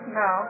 no